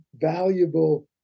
valuable